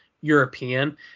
European